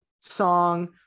song